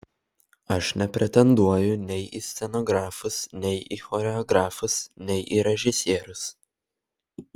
aš nepretenduoju nei į scenografus nei į choreografus nei į režisierius